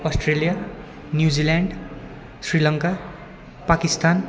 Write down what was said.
Australia New Zealand Sri Lanka Pakistan